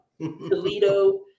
Toledo